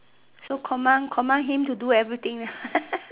so command command him to everything